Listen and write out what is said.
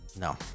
no